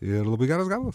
ir labai geras gabalas